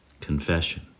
Confession